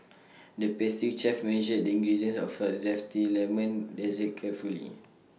the pastry chef measured the ingredients of for A Zesty Lemon Dessert carefully